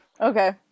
Okay